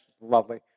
lovely